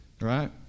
right